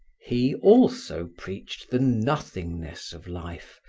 he, also, preached the nothingness of life,